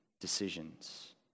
decisions